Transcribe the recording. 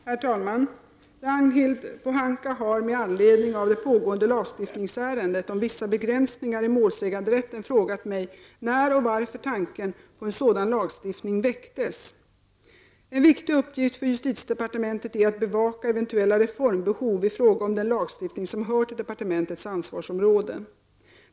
Herr talman! Ragnhild Pohanka har, med anledning av det pågående lagstiftningsärendet om vissa begränsningar i målsäganderätten, frågat mig när och varför tanken på en sådan lagstiftning väcktes. En viktig uppgift för justitiedepartementet är att bevaka eventuella reformbehov i fråga om den lagstiftning som hör till departementets ansvarsområde.